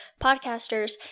podcasters